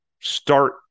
start